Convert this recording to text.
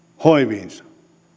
hoiviinsa